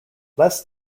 less